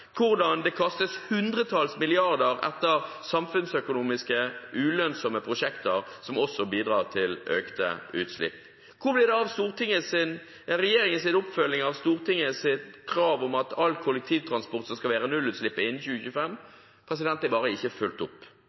hvordan det kastes hundretalls milliarder etter samfunnsøkonomisk ulønnsomme prosjekter, som også bidrar til økte utslipp. Hvor ble det av regjeringens oppfølging av Stortingets krav om at all kollektivtransport skal ha nullutslipp innen 2025? Det er bare ikke fulgt opp.